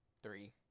Three